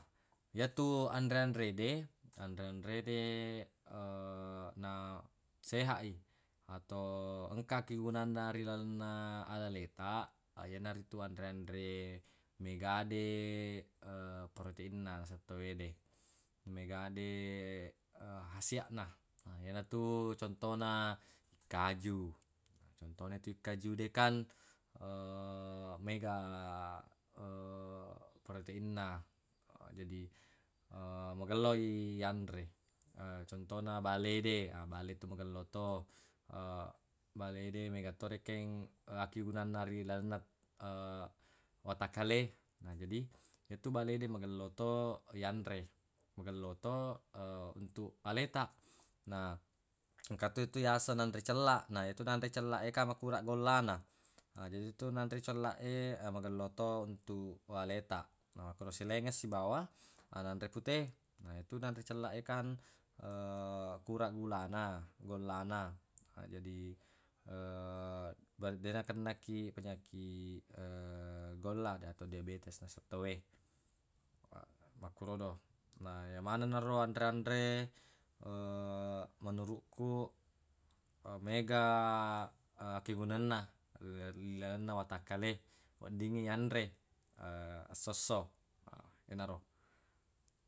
Yetu anre-anre de anre-anre de na sehaq i atau engka akkegunanna ilalenna alale taq yanaritu anre-anre mega de peroteinna naseng tawwe de mega de hasiaq na yenatu contona ikkaju contona yetu ikkajue kan mega peroteinna jadi magello iyanre contona bale de yetu magello to bale de mega to rekeng akkigunanna ri lalenna watakkale na jadi yetu bale de magello to yanre magello to untuq ale taq na engka to tu yaseng nanre cella na yetu nanre cella e kan makurang gollana jaji yetu nanre cella e magello to untuq ale taq na makkero silaengeng sibawa nanre pute na yetu nanre cella e kan kurang gulana gollana jadi bara deq nakenna kiq penyakiq golla tau diabetes naseng tawwe makkurodo na yemaneng naro anre-anre menuruq ku mega akkigunangenna ila- ilalenna watakkale weddingnge yanre esso-esso yenaro.